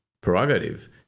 prerogative